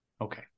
Okay